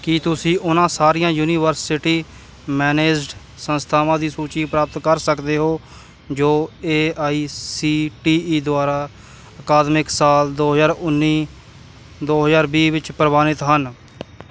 ਕੀ ਤੁਸੀਂ ਉਹਨਾਂ ਸਾਰੀਆਂ ਯੂਨੀਵਰਸਿਟੀ ਮੈਨੇਜਡ ਸੰਸਥਾਵਾਂ ਦੀ ਸੂਚੀ ਪ੍ਰਾਪਤ ਕਰ ਸਕਦੇ ਹੋ ਜੋ A I C T E ਦੁਆਰਾ ਅਕਾਦਮਿਕ ਸਾਲ ਦੋ ਹਜ਼ਾਰ ਉੱਨੀ ਦੋ ਹਜ਼ਾਰ ਵੀਹ ਵਿੱਚ ਪ੍ਰਵਾਨਿਤ ਹਨ